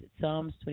Psalms